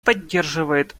поддерживает